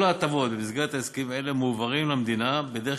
כל ההטבות במסגרת הסכמים אלה מועברות למדינה בדרך